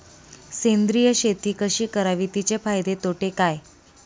सेंद्रिय शेती कशी करावी? तिचे फायदे तोटे काय?